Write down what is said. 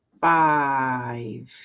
five